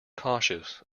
cautious